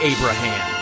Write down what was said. Abraham